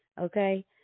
okay